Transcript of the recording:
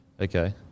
Okay